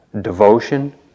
devotion